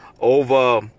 over